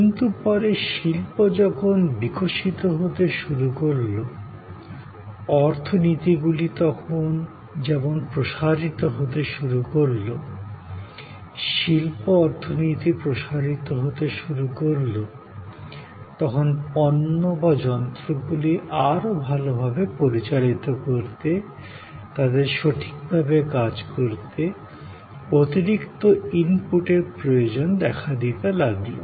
কিছু পরে শিল্প যখন বিকশিত হতে শুরু করল অর্থনীতিগুলি যেমন প্রসারিত হতে শুরু করল শিল্প অর্থনীতি প্রসারিত হতে শুরু করল তখন পণ্য বা যন্ত্রগুলি আরও ভালভাবে পরিচালিত করতে তাদের সঠিকভাবে কাজ করতে অতিরিক্ত ইনপুটের প্রয়োজন দেখা দিতে লাগলো